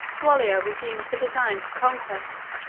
wallia resumed the designs of conquest,